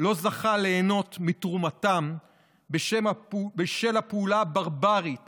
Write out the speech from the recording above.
לא זכה ליהנות מתרומתם בשל הפעולה הברברית